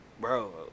bro